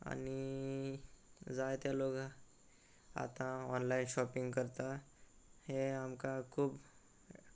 आनी जाय ते लोक आतां ऑनलायन शॉपींग करता हें आमकां खूब